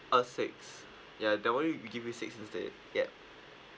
uh six ya that one y~ you give me six instead yup